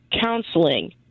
counseling